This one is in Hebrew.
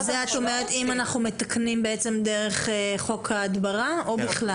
וזה את אומרת אם אנחנו מתקנים בעצם דרך חוק ההדברה או בכלל?